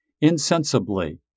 insensibly